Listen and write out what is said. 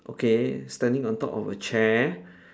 okay standing on top of a chair